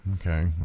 Okay